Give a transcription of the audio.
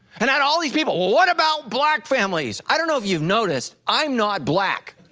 and i had all these people, what about black families? i don't know if you've noticed, i'm not black.